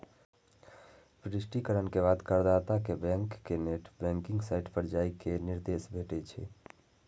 पुष्टिकरण के बाद करदाता कें बैंक के नेट बैंकिंग साइट पर जाइ के निर्देश भेटै छै